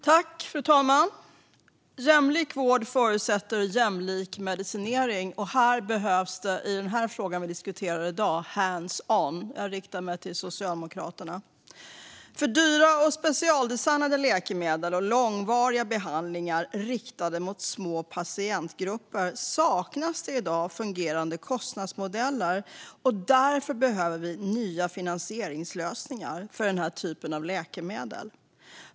Fru talman! Jämlik vård förutsätter jämlik medicinering. I den fråga vi nu diskuterar behöver det bli lite hands on. Jag riktar mig till Socialdemokraterna. För dyra och specialdesignade läkemedel och långvariga behandlingar riktade mot små patientgrupper saknas i dag fungerande kostnadsmodeller. Därför behöver vi nya finansieringslösningar för den typen av läkemedel.